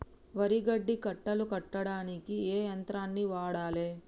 వరి గడ్డి కట్టలు కట్టడానికి ఏ యంత్రాన్ని వాడాలే?